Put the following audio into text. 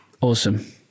awesome